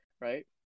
right